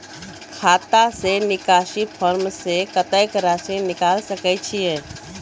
खाता से निकासी फॉर्म से कत्तेक रासि निकाल सकै छिये?